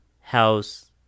house